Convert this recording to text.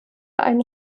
ein